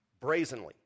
Brazenly